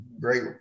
great